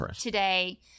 today